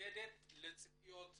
מנוגדת לציפיות בישראל,